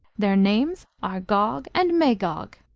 their names are gog and magog.